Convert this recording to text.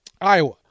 Iowa